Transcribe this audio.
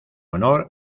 honor